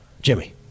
Jimmy